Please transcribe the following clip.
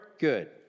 Good